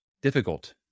difficult